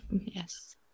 Yes